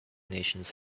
nations